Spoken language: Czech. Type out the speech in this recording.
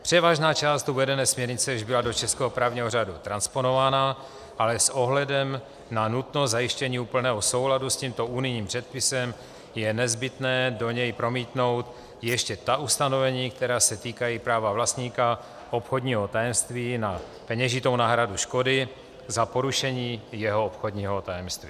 Převážná část uvedené směrnice již byla do českého právního řádu transponována, ale s ohledem na nutnost zajištění úplného souladu s tímto unijním předpisem je nezbytné do něj promítnout ještě ta ustanovení, která se týkají práva vlastníka obchodního tajemství na peněžitou náhradu škody za porušení jeho obchodního tajemství.